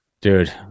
Dude